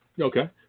Okay